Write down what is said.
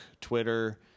Twitter